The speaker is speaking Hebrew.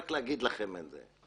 רק לומר לכם את זה.